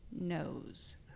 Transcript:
knows